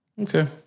okay